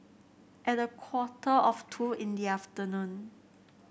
at a quarter of two in the afternoon